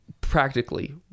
practically